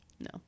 No